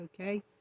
Okay